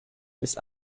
bis